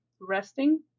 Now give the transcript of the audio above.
resting